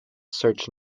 search